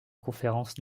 conference